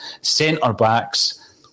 centre-backs